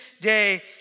day